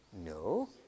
No